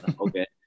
okay